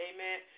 Amen